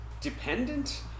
dependent